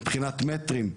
מבחינת מטרים,